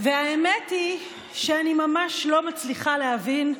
והאמת היא שאני ממש לא מצליחה להבין,